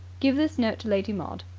give this note to lady maud.